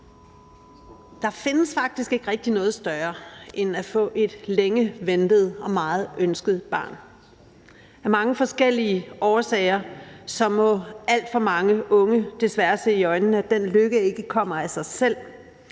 Der findes faktisk ikke rigtig noget større end at få et længe ventet og meget ønsket barn. Af mange forskellige årsager må alt for mange unge desværre se i øjnene, at den lykke ikke kommer af sig selv.